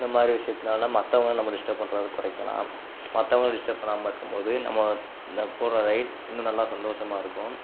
இந்த மாதிரி விஷயத்துனால் மற்றவங்கள நம்ம டிஸ்டர்ப் பண்ணுறத குறைக்கலாம் மற்றவங்கள டிஸ்டர்ப் பண்ணாமல் இருக்கும்போது நம்ம போகிற ரைட் இன்னும் நல்லா சந்தோஷமா இருக்கும்